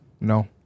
No